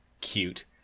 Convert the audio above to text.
cute